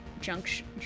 junction